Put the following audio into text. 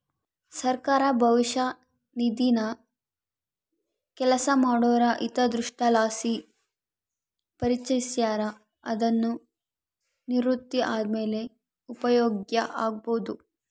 ಸರ್ಕಾರ ಭವಿಷ್ಯ ನಿಧಿನ ಕೆಲಸ ಮಾಡೋರ ಹಿತದೃಷ್ಟಿಲಾಸಿ ಪರಿಚಯಿಸ್ಯಾರ, ಅದುನ್ನು ನಿವೃತ್ತಿ ಆದ್ಮೇಲೆ ಉಪಯೋಗ್ಸ್ಯಬೋದು